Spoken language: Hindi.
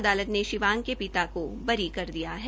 अदालत ने शिवांग के पिता को बरी कर दिया था